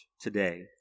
today